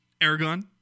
Aragon